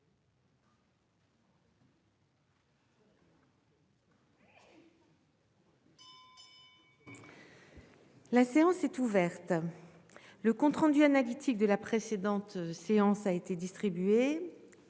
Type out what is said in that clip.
La séance est ouverte. Le compte rendu analytique de la précédente séance a été distribué.